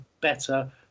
better